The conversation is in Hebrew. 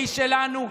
והיא שלנו,